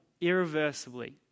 irreversibly